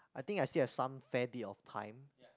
I think I still have some fair bit of time